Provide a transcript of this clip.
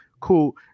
Cool